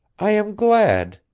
i am glad,